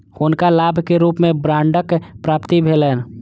हुनका लाभ के रूप में बांडक प्राप्ति भेलैन